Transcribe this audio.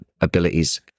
abilities